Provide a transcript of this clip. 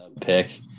pick